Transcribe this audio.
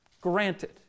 Granted